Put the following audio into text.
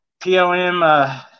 POM